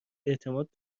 اعتماد